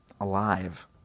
alive